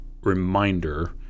reminder